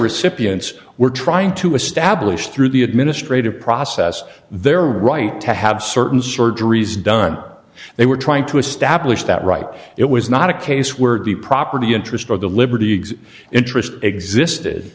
recipients were trying to establish through the administrative process their right to have certain surgeries done they were trying to establish that right it was not a case where the property interest or the liberty eggs interest existed